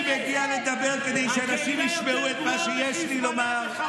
אני מגיע לדבר כדי שאנשים ישמעו את מה שיש לי לומר,